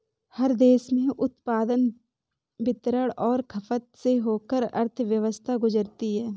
हर देश में उत्पादन वितरण और खपत से होकर अर्थव्यवस्था गुजरती है